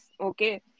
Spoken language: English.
Okay